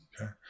Okay